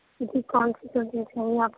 جی کون سی سبزی چاہئے آپ کو